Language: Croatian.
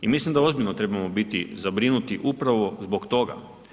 I mislim da ozbiljno trebamo biti zabrinuti upravo zbog toga.